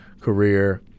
career